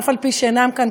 אף-על-פי שאינם כאן,